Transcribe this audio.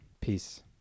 peace